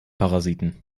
parasiten